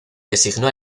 designó